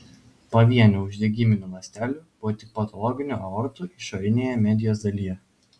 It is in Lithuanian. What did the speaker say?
pavienių uždegiminių ląstelių buvo tik patologinių aortų išorinėje medijos dalyje